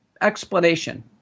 explanation